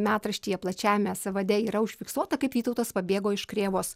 metraštyje plačiajame sąvade yra užfiksuota kaip vytautas pabėgo iš krėvos